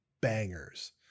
bangers